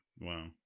Wow